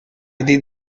did